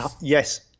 Yes